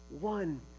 one